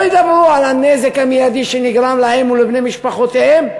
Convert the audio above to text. לא ידברו על הנזק המיידי שנגרם להם ולבני משפחותיהם,